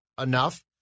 enough